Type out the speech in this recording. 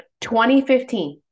2015